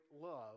love